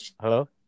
Hello